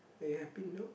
are you happy now